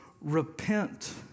repent